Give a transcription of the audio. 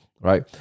right